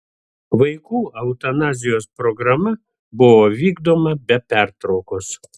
vaikų eutanazijos programa buvo vykdoma be pertraukos